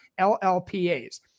LLPAs